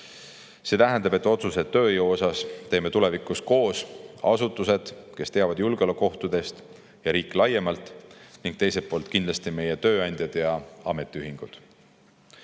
See tähendab, et otsused tööjõu kohta teeme tulevikus koos: asutused, kes teavad julgeolekuohtudest, ja riik laiemalt ning teiselt poolt kindlasti meie tööandjad ja ametiühingud.